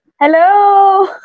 Hello